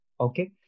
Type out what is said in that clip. Okay